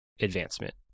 advancement